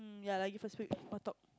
ya lah you first week on top